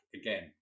again